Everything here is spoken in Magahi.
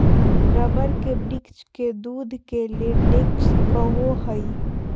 रबर के वृक्ष के दूध के लेटेक्स कहो हइ